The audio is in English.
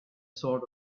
sort